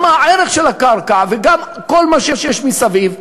גם הערך של הקרקע וגם כל מה שיש מסביב,